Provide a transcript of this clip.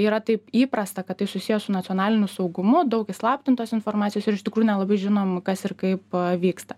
yra taip įprasta kad tai susiję su nacionaliniu saugumu daug įslaptintos informacijos ir iš tikrųjų nelabai žinom kas ir kaip vyksta